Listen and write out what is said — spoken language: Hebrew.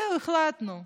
זהו, החלטנו.